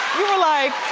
were like,